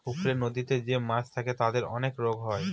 পুকুরে, নদীতে যে মাছ থাকে তাদের অনেক রোগ হয়